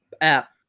app